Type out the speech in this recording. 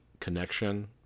connection